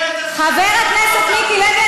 חבר הכנסת מיקי לוי,